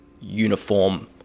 uniform